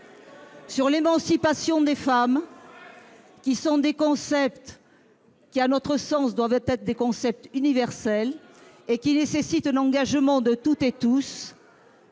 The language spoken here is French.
sur l'émancipation des femmes, autant de concepts, qui, à notre sens, doivent être universels, et qui nécessitent un engagement de toutes et tous,